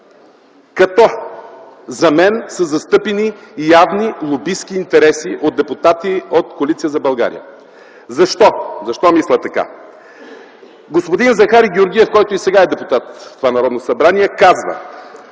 като за мен са застъпени и явни лобистки интереси от депутати от Коалиция за България. Защо мисля така? Господин Захари Георгиев, който и сега е депутат в това Народно събрание, казва: